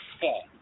fall